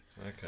Okay